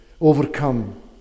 overcome